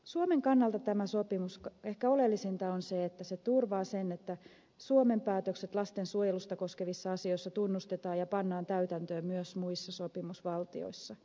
suomen kannalta tässä sopimuksessa ehkä oleellisinta on se että se turvaa sen että suomen päätökset lastensuojelua koskevissa asioissa tunnustetaan ja pannaan täytäntöön myös muissa sopimusvaltioissa